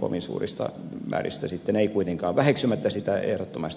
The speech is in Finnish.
kovin suurista määristä ei kuitenkaan ole kyse väheksymättä sitä ehdottomasti yhtään